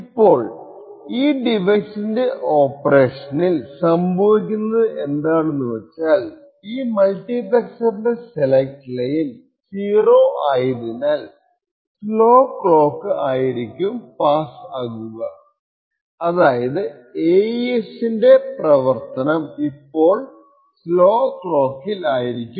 ഇപ്പോൾ ഈ ഡിവൈസിന്റെ ഓപ്പറേഷനിൽ സംഭവിക്കുന്നത് എന്താണെന്നുവച്ചാൽ ഈ മൾട്ടിപ്ലെക്സറിന്റെ സെലക്ട് ലൈൻ 0 ആയതിനാൽ സ്ലോ ക്ലോക്ക് ആയിരിക്കും പാസ്സ് ആകുക അതായത് AES ഇപ്പോൾ പ്രവർത്തിക്കുന്നത് സ്ലോ ക്ലോക്കിൽ ആയിരിക്കും